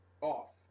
off